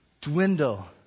dwindle